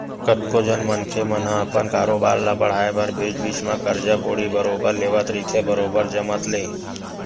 कतको झन मनखे मन ह अपन कारोबार ल बड़हाय बर बीच बीच म करजा बोड़ी बरोबर लेवत रहिथे बरोबर जमत ले